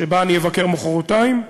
שבה אני אבקר מחרתיים.